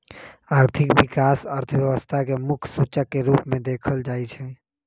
आर्थिक विकास अर्थव्यवस्था के मुख्य सूचक के रूप में देखल जाइ छइ